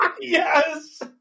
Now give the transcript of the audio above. Yes